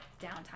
downtime